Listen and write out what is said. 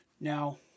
Now